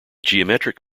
geometric